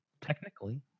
Technically